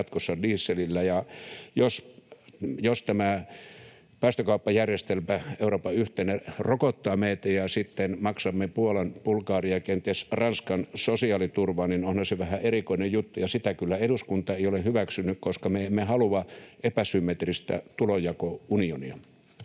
jatkossa dieselillä, niin jos tämä Euroopan yhteinen päästökauppajärjestelmä rokottaa meitä ja sitten maksamme Puolan, Bulgarian ja kenties Ranskan sosiaaliturvaa, onhan se vähän erikoinen juttu, ja sitä kyllä eduskunta ei ole hyväksynyt, koska me emme halua epäsymmetristä tulonjakounionia.